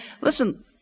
Listen